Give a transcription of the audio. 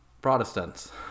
Protestants